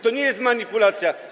To nie jest manipulacja.